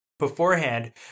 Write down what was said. beforehand